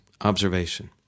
observation